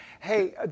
Hey